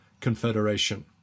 confederation